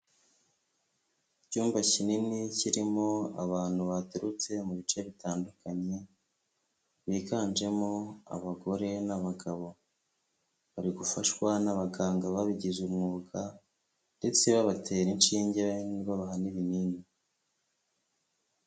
Icyumba kinini kirimo abantu baturutse mu bice bitandukanye, biganjemo abagore n'abagabo. Bari gufashwa n'abaganga babigize umwuga ndetse babatera inshinge, babaha n'ibinini.